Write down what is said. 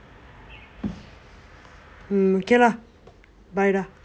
mm okay lah bye dah